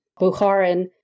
Bukharin